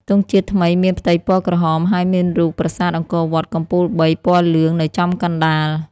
ទង់ជាតិថ្មីមានផ្ទៃពណ៌ក្រហមហើយមានរូបប្រាសាទអង្គរវត្តកំពូលបីពណ៌លឿងនៅចំកណ្តាល ។